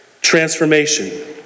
Transformation